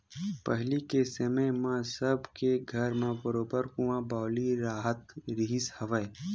पहिली के समे म सब के घर म बरोबर कुँआ बावली राहत रिहिस हवय